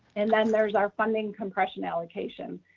and then there's our funding compression allocation.